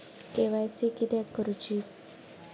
KYC किदयाक करूची?